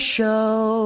Show